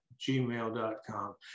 gmail.com